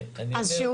אז.